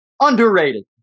Underrated